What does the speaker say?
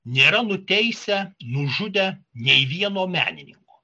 nėra nuteisę nužudę nei vieno menininko